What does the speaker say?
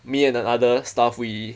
me and another staff we